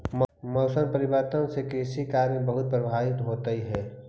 मौसम परिवर्तन से कृषि कार्य बहुत प्रभावित होइत हई